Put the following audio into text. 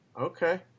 Okay